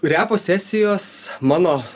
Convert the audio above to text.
repo sesijos mano